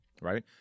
right